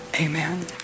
Amen